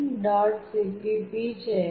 cpp છે